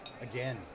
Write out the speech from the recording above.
Again